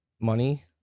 money